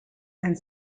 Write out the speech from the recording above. and